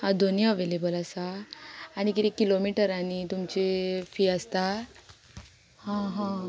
हां दोनी अवेलेबल आसा आनी किदें किलोमिटरांनी तुमची फी आसता हां हां